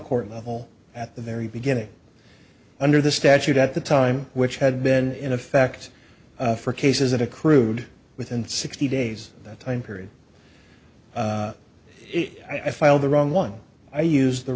court level at the very beginning under the statute at the time which had been in effect for cases that accrued within sixty days that time period if i file the wrong one i used the